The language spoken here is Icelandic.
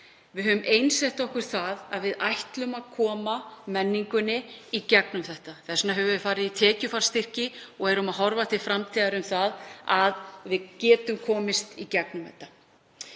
Við höfum einsett okkur það að við ætlum að koma menningunni í gegnum þetta. Þess vegna höfum við farið í tekjufallsstyrki og horfum til framtíðar um það að við getum komist í gegnum þetta.